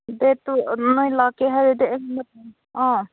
ꯗꯦꯠꯇꯨ ꯅꯣꯏ ꯂꯥꯛꯀꯦ ꯍꯥꯏꯔꯗꯤ ꯑꯥ